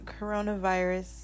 coronavirus